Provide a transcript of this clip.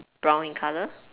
brown in colour